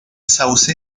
sauce